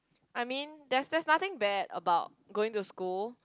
I mean there's there's nothing bad about going to school